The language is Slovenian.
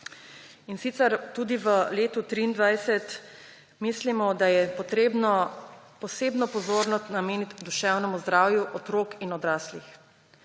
in sicer tudi v letu 2023 mislimo, da je potrebno posebno pozornost nameniti duševnemu zdravju otrok in odraslih.